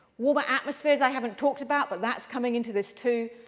warmer atmospheres i haven't talked about, but that's coming into this too.